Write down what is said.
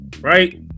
right